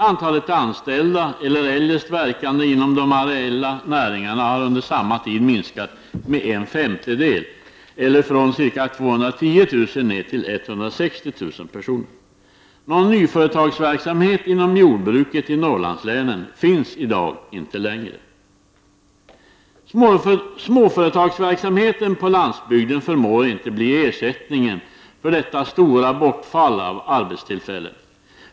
Antalet anställda eller eljest verkande inom de areella näringarna har under samma tid minskat med en femtedel, eller från ca 210000 ned till 160000 personer. Någon nyföretagsamhet inom jordbruket i Norrlandslänen finns i dag inte längre. Småföretagsamheten på landsbygden förmår inte bli ersättningen för detta stora bortfall av arbetstillfällen.